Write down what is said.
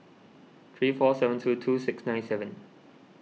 three four seven two two six nine seven